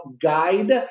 guide